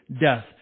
death